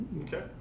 Okay